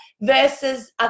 versus